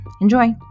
Enjoy